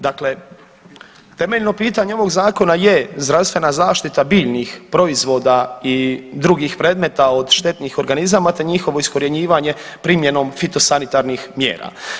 Dakle, temeljno pitanje ovog zakona je zdravstvena zaštita biljnih proizvoda i drugih predmeta od štetnih organizama, te njihovo iskorjenjivanje primjenom fitosanitarnih mjera.